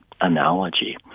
analogy